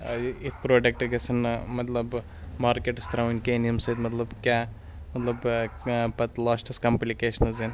یِتھ پرٛوڈَکٹ گَژھن نہٕ مطلب مارکیٹَس ترٛاوٕنۍ کِہیٖنۍ ییٚمہِ سۭتۍ مطلب کیاہ مطلب پَتہٕ لاسٹَس کَمپٕلِکیشنٕز یِن